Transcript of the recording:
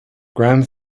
grand